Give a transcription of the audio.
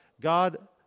God